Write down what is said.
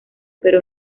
pero